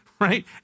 right